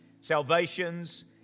salvations